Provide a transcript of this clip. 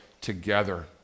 together